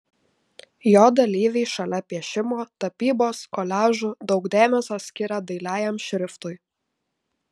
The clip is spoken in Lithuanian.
jo dalyviai šalia piešimo tapybos koliažų daug dėmesio skiria dailiajam šriftui